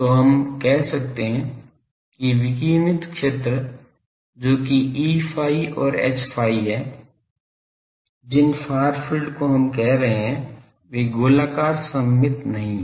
तो हम कह सकते हैं कि विकिरणित क्षेत्र जो कि Eϕ और Hϕ हैं जिन फार फील्ड को हम कह रहे हैं वे गोलाकार सममित नहीं हैं